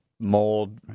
mold